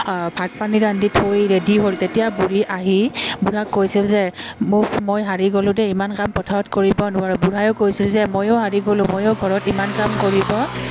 অঁ ভাত পানী ৰান্ধি থৈ ৰেডি হ'ল তেতিয়া বুঢ়ী আহি বুঢ়াক কৈছিল যে ম মই হাৰি গ'লোঁ দেই ইমান কাম পথাৰত কৰিব নোৱাৰোঁ বুঢ়ায়ো কৈছিল যে ময়ো হাৰি গ'লো ময়ো ঘৰত ইমান কাম কৰিব